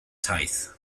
taith